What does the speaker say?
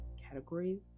category